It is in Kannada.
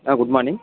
ಹಾಂ ಗುಡ್ ಮಾರ್ನಿಂಗ್